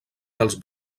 dels